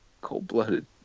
cold-blooded